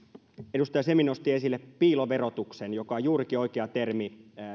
edustaja semi nosti esille piiloverotuksen joka on juurikin oikea termi